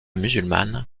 musulmane